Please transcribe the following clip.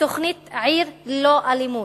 שתוכנית "עיר ללא אלימות",